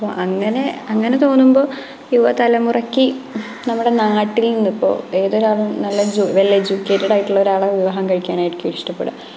അപ്പോൾ അങ്ങനെ അങ്ങനെ തോന്നുമ്പോൾ യുവതലമുറയ്ക്ക് നമ്മുടെ നാട്ടില് നിന്ന് ഇപ്പോൾ ഏതൊരാളും നല്ല ജോലി വെല് എജ്യൂക്കേറ്റഡ് ആയിട്ടുള്ള ഒരാളെ വിവാഹം കഴിക്കാനായിരിക്കും ഇഷ്ടപ്പെടുക